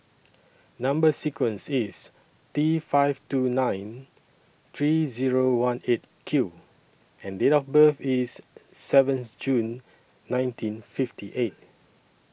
Number sequence IS T five two nine three Zero one eight Q and Date of birth IS seventh June nineteen fifty eight